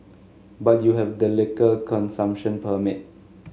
but you have a liquor consumption permit